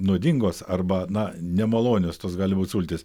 nuodingos arba na nemalonios tos gali būt sultys